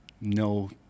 no